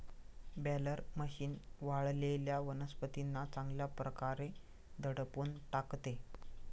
baler machine वाळलेल्या वनस्पतींना चांगल्या प्रकारे दडपून टाकते